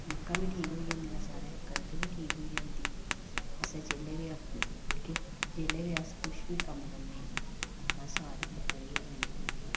मक्कां बी ठीक होई जंदियां साढ़ै कनक बी ठीक होई जंदी असें जेल्लै बी किश जेल्लै बी अस कुछ बी कम्म करने तां सारे कट्ठे होइयै करने होन्ने